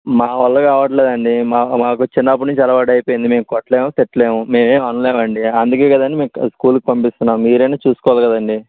మా వల్ల కావట్లేదండీ మాకు చిన్నపటినుంచి అలవాటైపోయింది మేము కొట్లేము తిట్లేము మేమేం అనాలేమండీ అందుకేగదండి స్కూల్ కి పంపిస్తున్నాం మీరైనా చూసుకోవాలి కదండీ